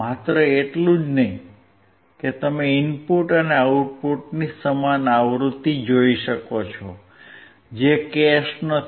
માત્ર એટલું જ નહીં કે તમે ઇનપુટ અને આઉટપુટની સમાન આવૃત્તિ જોઈ શકો છો જે કેસ નથી